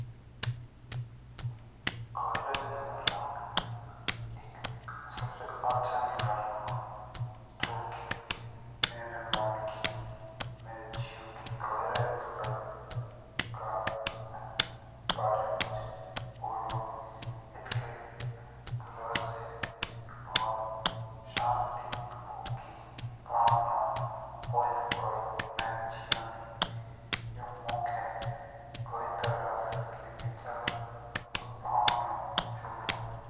गहरा नीला रंग एक सबसे अच्छा रंग आओ जो कि मेरे मन की मेरे जेऊ की गहराई लग का बारे मुँ बोला एतके रस और शांति ओ की भावना पीड़ा करो मेरे जेऊ दी ये मुखे के त्र की विचार और भावना जोड़ो।